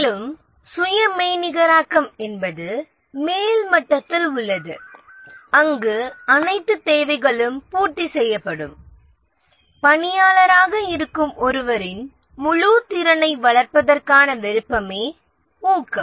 மேலும் சுய மெய்நிகராக்கம் என்பது மேல் மட்டத்தில் உள்ளது அங்கு அனைத்து தேவைகளும் பூர்த்தி செய்யப்படும் பணியாளராக இருக்கும் ஒருவரின் முழு திறனை வளர்ப்பதற்கான விருப்பமே ஊக்கம்